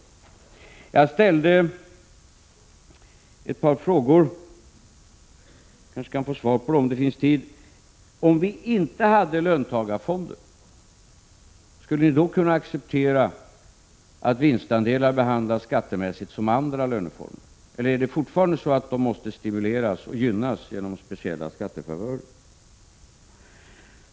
3 juni 1987 Jag ställde ett par frågor, och jag kanske kan få svar på dem om det fi Gå g ställde ett p g jag kanske kan få svar på dem om det finns Söctalavgifter På vilse Om vi inte hade löntagarfonder, skulle ni då kunna acceptera att andelar vinstandelar skattemässigt behandlas som andra löneformer, eller måste de fortfarande stimuleras och gynnas genom speciella skattefavörer?